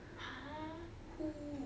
!huh! who